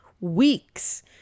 weeks